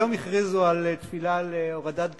היום הכריזו על תפילה להורדת גשמים,